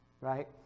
right